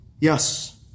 Yes